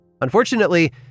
Unfortunately